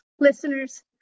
listeners